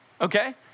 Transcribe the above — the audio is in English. Okay